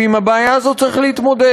ועם הבעיה הזו צריך להתמודד.